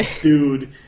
dude